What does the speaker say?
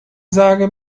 sage